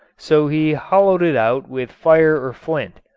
so he hollowed it out with fire or flint.